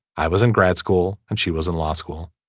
i was in grad school and she was in law school.